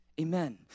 Amen